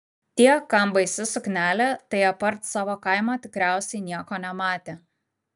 tie kam baisi suknelė tai apart savo kaimo tikriausiai nieko nematė